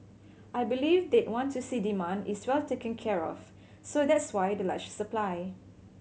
I believe they'd want to see demand is well taken care of so that's why the large supply